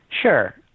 Sure